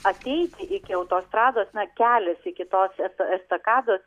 ateiti iki autostrados na kelias iki tos esta estakados